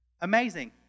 Amazing